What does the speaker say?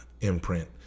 imprint